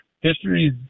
history